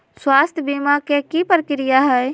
स्वास्थ बीमा के की प्रक्रिया है?